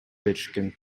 беришкен